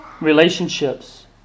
relationships